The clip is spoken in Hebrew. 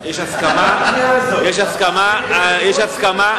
יש הסכמה של סגנית השר.